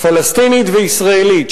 פלסטינית וישראלית,